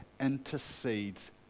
intercedes